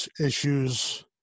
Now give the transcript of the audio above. issues